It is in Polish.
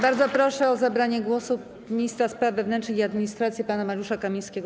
Bardzo proszę o zabranie głosu ministra spraw wewnętrznych i administracji pana Mariusza Kamińskiego.